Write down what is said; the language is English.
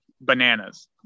bananas